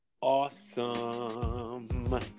awesome